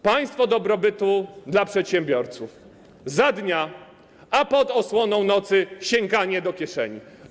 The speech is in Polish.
Państwo dobrobytu dla przedsiębiorców za dnia, a pod osłoną nocy - sięganie do kieszeni.